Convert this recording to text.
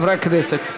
חברי הכנסת.